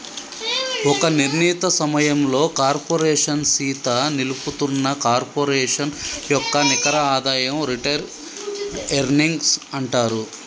ఒక నిర్ణీత సమయంలో కార్పోరేషన్ సీత నిలుపుతున్న కార్పొరేషన్ యొక్క నికర ఆదాయం రిటైర్డ్ ఎర్నింగ్స్ అంటారు